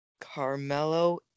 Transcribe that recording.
Carmelo